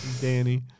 Danny